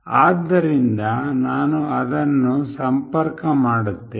ಆದ್ದರಿಂದ ನಾನು ಅದನ್ನು ಸಂಪರ್ಕ ಮಾಡುತ್ತೇನೆ